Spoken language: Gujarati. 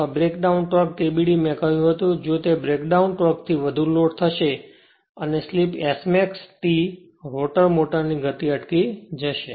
અથવા બ્રેકડાઉન ટોર્ક TBD મેં કહ્યું છે કે જો તે બ્રેકડાઉન ટોર્કથી વધુ લોડ થશે અથવા slip Smax T rotor motor ની ગતિ અટકી જશે